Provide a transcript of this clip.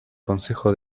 consejo